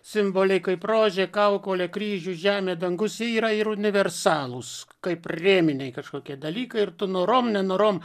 simboliai kaip rožė kaukolė kryžių žemė dangus jie yra ir universalūs kaip rėminiai kažkokie dalykai ir tu norom nenorom